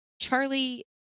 Charlie